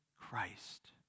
Christ